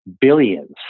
billions